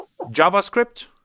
JavaScript